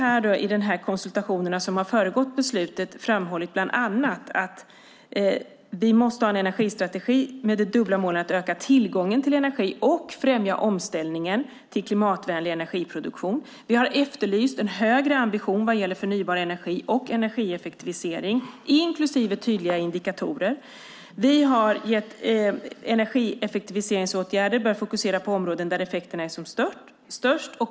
I de konsultationer som har föregått beslutet har Sverige bland annat framhållit att vi måste ha en energistrategi med de dubbla målen att öka tillgången till energi och främja omställningen till klimatvänlig energiproduktion. Vi har efterlyst en högre ambition vad gäller förnybar energi och energieffektiviseringar, inklusive tydliga indikatorer. Vi har sagt att energieffektiviseringsåtgärder bör fokusera på områden där effekterna är som störst.